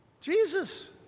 Jesus